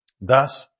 Thus